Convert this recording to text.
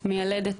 מיילדת,